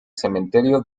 cementerio